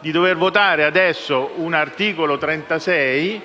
di dover votare adesso un articolo 36